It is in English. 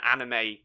anime